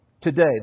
Today